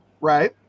Right